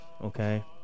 Okay